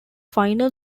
final